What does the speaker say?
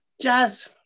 jazz